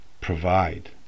provide